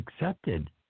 accepted